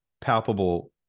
palpable